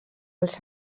els